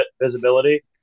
visibility